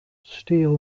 steel